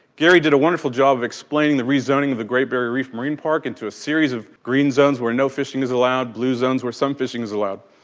garry did a wonderful job of explaining the rezoning of the great barrier reef marine park into a series of green zones where no fishing is allowed, blue zones where some fishing is allowed.